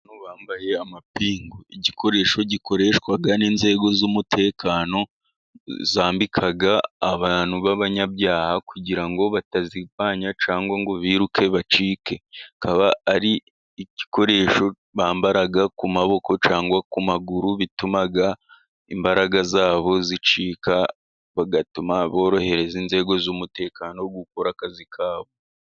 Abantu bambaye amapingu ,igikoresho gikoreshwa n'inzego z'umutekano zambika abantu b'abanyabyaha kugira ngo batazirwanya, cyangwa ngo biruke bacike, akaba ari igikoresho bambara ku maboko, cyangwa ku maguru, bituma imbaraga zabo zicika ,bagatuma borohereza inzego z'umutekano, gukora akazi kabo.